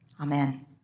Amen